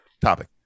topic